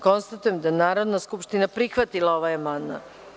Konstatujem da je Narodna skupština prihvatila ovaj amandman.